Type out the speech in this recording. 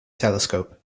telescope